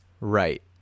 right